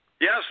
Yes